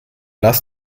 lass